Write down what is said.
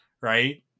right